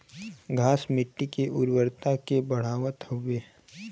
घास मट्टी के उर्वरता के बढ़ावत हउवे